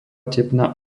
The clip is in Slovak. tepna